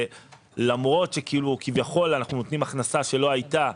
למרות שכביכול אנחנו נותנים הכנסה שלא הייתה,